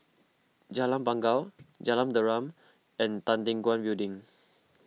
Jalan Bangau Jalan Derum and Tan Teck Guan Building